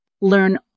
Learn